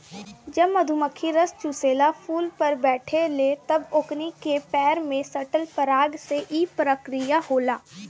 जब मधुमखी रस चुसेला फुल पर बैठे ले तब ओकनी के पैर में सटल पराग से ई प्रक्रिया होला